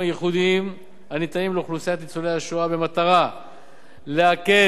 הייחודיים הניתנים לאוכלוסיית ניצולי השואה במטרה להקל